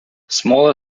smaller